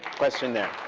question there.